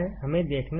हमें देखना है